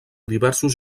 diversos